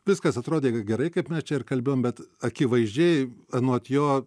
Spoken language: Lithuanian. viskas atrodė gerai kaip mes čia ir kalbėjom bet akivaizdžiai anot jo